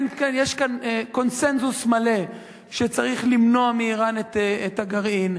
יש כאן קונסנזוס מלא שצריך למנוע מאירן את הגרעין,